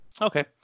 Okay